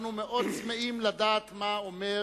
אנחנו מאוד צמאים לדעת מה אומר